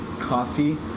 coffee